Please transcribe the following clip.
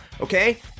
okay